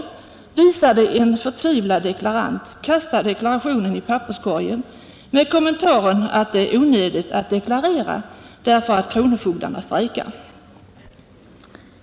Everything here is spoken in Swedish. Den visade en förtvivlad deklarant som kastade deklarationen i papperskorgen med kommentaren att det är onödigt att deklarera eftersom kronofogdarna strejkar.